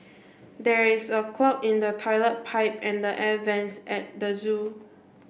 there is a clog in the toilet pipe and the air vents at the zoo